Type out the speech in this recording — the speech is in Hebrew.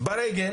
ברגל